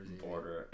border